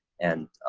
and